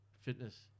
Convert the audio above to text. Fitness